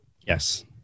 yes